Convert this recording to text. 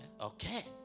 Okay